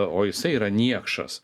o jisai yra niekšas